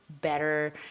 better